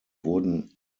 wurden